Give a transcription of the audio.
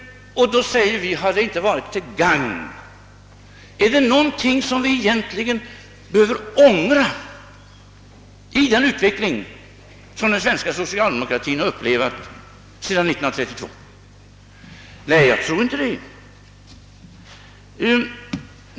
Och då säger vi: Har vårt handlande inte varit till gagn? Är det någonting som vi egentligen behöver ångra i den utveckling som den svenska socialdemokratin har upplevat sedan 1932? Jag tror inte det.